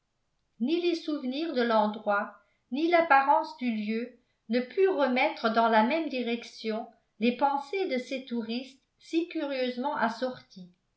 ni les souvenirs de l'endroit ni l'apparence du lieu ne purent remettre dans la même direction les pensées de ces touristes si curieusement assortis